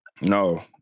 No